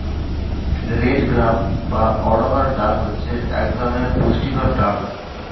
red gram বা অড়হর ডাল হচ্ছে এক ধরনের পুষ্টিকর ডাল